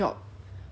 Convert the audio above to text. and if like